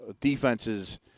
defenses